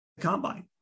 Combine